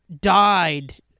died